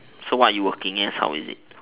so what you working as how is it